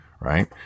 right